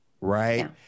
right